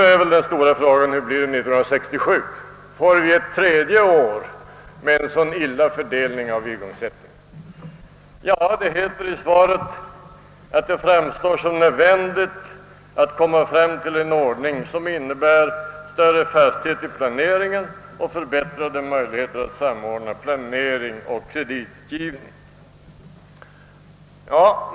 Nu är den stora frågan: Hur blir det 1967? Får vi ett tredje år med en så illa skött fördelning av igångsättningen? I svaret heter det, att det framstår som nödvändigt att komma fram till en ordning som innebär större fasthet i planeringen och större möjligheter att samordna planering och kreditgivning.